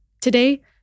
Today